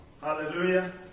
Hallelujah